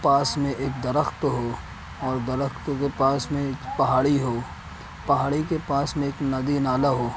پاس میں ایک درخت ہو اور درختوں کے پاس میں ایک پہاڑی ہو پہاڑی کے پاس میں ایک ندی نالا ہو